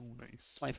Nice